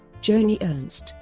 joni ernst